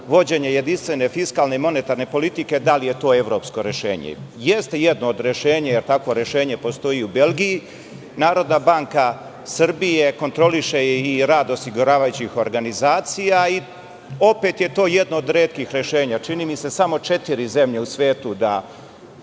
vođenja jedinstvene fiskalne i monetarne politike, to bilo evropsko rešenje? Jeste jedno rešenje. Takvo rešenje postoji u Belgiji. Narodna banka Srbije kontroliše i rad osiguravajućih organizacija i opet je to jedno od retkih rešenja. Čini mi se samo četiri zemlje u svetu su